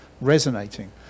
resonating